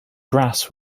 brass